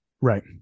Right